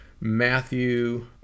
Matthew